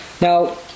Now